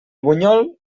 bunyol